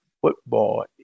football